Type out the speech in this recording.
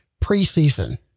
preseason